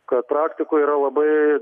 kad praktikoj yra labai